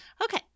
Okay